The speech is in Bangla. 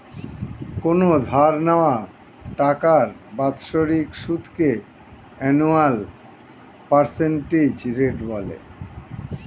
কোনো ধার নেওয়া টাকার বাৎসরিক সুদকে অ্যানুয়াল পার্সেন্টেজ রেট বলে